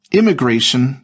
immigration